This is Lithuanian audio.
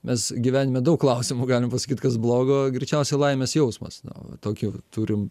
mes gyvenime daug klausimų galim pasakyt kas blogo greičiausiai laimės jausmas na va tokį turim